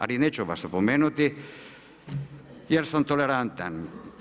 Ali neću vas opomenuti jer sam tolerantan.